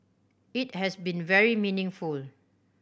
it has been very meaningful